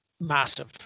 massive